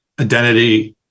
identity